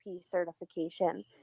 certification